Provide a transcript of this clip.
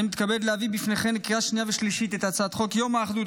אני מתכבד להביא בפניכם לקריאה שנייה ושלישית את הצעת חוק יום האחדות,